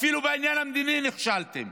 אפילו בעניין המדיני נכשלתם.